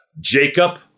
Jacob